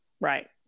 right